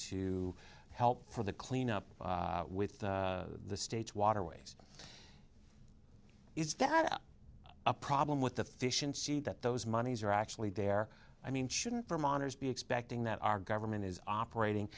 to help for the cleanup with the state's waterways is that a problem with the fish and see that those monies are actually dare i mean shouldn't vermonters be expecting that our government is operating